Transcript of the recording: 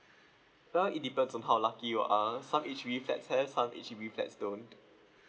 well it depends on how lucky you are some H_D B flats have some H_D_B flats don't